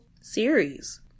series